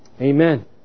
Amen